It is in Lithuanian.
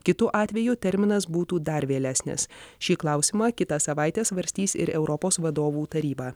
kitu atveju terminas būtų dar vėlesnis šį klausimą kitą savaitę svarstys ir europos vadovų taryba